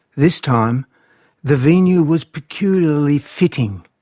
this time the venue was peculiarly fitting